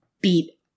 beat